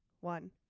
one